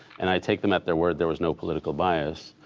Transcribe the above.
and i take them at their word there was no political bias.